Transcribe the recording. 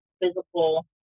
physical